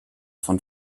von